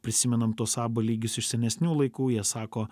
prisimenam tuos a b lygius iš senesnių laikų jie sako